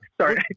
Sorry